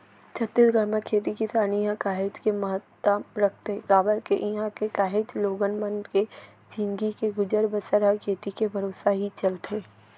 छत्तीसगढ़ म खेती किसानी ह काहेच के महत्ता रखथे काबर के इहां के काहेच लोगन मन के जिनगी के गुजर बसर ह खेती के भरोसा ही चलथे